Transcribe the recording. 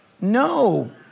No